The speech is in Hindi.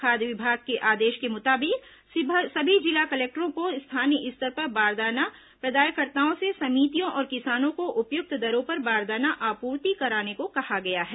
खाद्य विभाग के आदेश के मुताबिक सभी जिला कलेक्टरों को स्थानीय स्तर पर बारदाना प्रदायकर्ताओं से समितियों और किसानों को उपयुक्त दरों पर बारदाना आपूर्ति कराने को कहा गया है